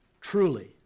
truly